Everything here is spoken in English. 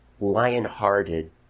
lion-hearted